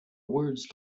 words